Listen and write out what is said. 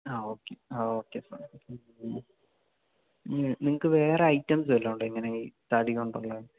ആ ഓക്കേ ആ ഓക്കേ നിങ്ങള്ക്ക് വേറെ ഐറ്റംസ് വല്ലതുമുണ്ടോ ഇങ്ങനെ ഈ തടികൊണ്ടുള്ളത്